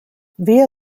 via